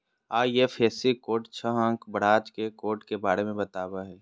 IFSC code छह अंक branch के कोड के बारे में बतावो हइ